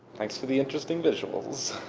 thanks for the interesting visuals.